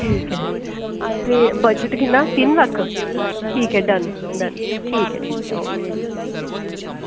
ठीक ऐ ते बजट किन्ना तीन लक्ख ते ठीक ऐ डन डन ठीक ऐ ठीक ऐ